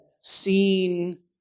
seen